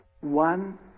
one